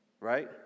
right